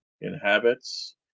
inhabits